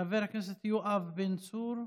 חבר הכנסת יואב בן צור,